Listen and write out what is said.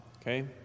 Okay